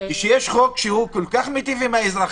וכשיש חוק שהוא כל כך מיטיב עם האזרחים,